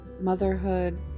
Motherhood